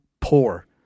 poor